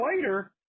later